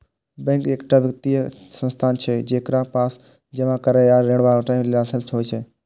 bank एकटा वित्तीय संस्थान छियै, जेकरा पास जमा करै आ ऋण बांटय के लाइसेंस होइ छै